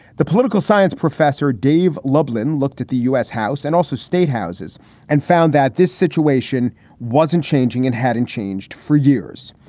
the political science professor, dave lublin, looked at the u s. house and also state houses and found that this situation wasn't changing and hadn't changed for years.